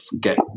get